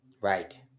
Right